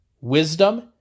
Wisdom